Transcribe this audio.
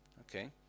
okay